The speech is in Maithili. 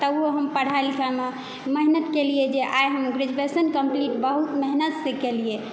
तबहुँ हम पढ़ाई लिखाईमे मेहनत केलियै जे आइ हम ग्रेजुएशन कम्पलीट बहुत मेहनतसँ केलियै